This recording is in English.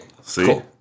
See